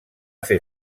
fer